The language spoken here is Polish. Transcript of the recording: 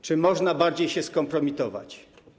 Czy można bardziej się skompromitować?